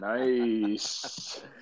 Nice